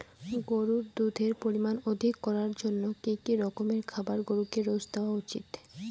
গরুর দুধের পরিমান অধিক করার জন্য কি কি রকমের খাবার গরুকে রোজ দেওয়া উচিৎ?